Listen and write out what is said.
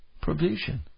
Provision